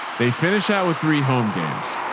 they finish out with three home games.